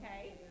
Okay